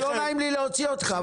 זה לא נעים לי להוציא אותך,